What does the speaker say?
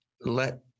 let